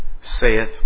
saith